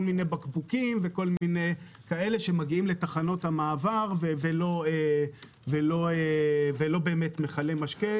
מיני בקבוקים שמגיעים לתחנות המעבר ולא באמת מכלי משקה,